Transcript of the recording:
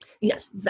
Yes